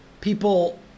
people